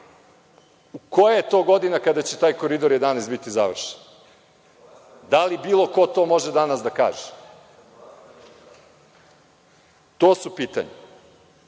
Koja je to godina kada će taj Koridor 11 biti završen? Da li bilo ko to danas može da kaže? To su pitanja. Šta